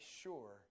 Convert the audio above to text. sure